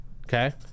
Okay